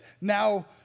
now